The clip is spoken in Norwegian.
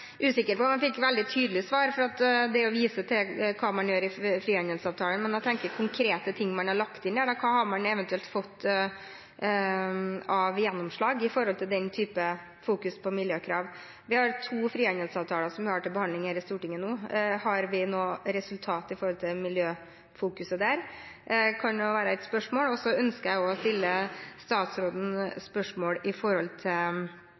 usikker på om jeg fikk et veldig tydelig svar, for man viste til hva man gjør i forbindelse med frihandelsavtaler. Jeg tenkte mer på konkrete ting man har lagt inn der. Hva har man eventuelt fått av gjennomslag når det gjelder å fokusere på miljøkrav? Vi har to frihandelsavtaler til behandling i Stortinget nå. Har vi fått noe resultat når det kommer til å fokusere på miljø der? Det er ett spørsmål. Jeg ønsker også å stille statsråden spørsmål om kartleggingen, som egentlig har stoppet opp i